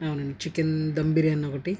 అవునండీ చికెన్ ధమ్ బిర్యాని ఒకటి